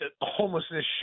homelessness